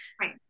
Right